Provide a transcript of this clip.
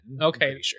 Okay